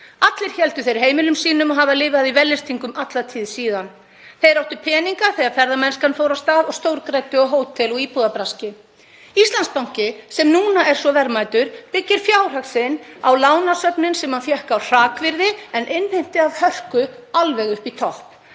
Allir héldu þeir heimilum sínum og hafa lifað í vellystingum alla tíð síðan. Þeir áttu peninga þegar ferðamennskan fór af stað og stórgræddu á hótel- og íbúðabraski. Íslandsbanki, sem núna er svo verðmætur, byggir fjárhag sinn á lánasöfnum sem hann fékk á hrakvirði en innheimti af hörku alveg upp í topp.